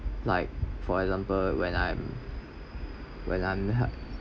like for example when I'm when I'm